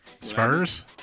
Spurs